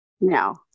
No